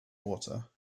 water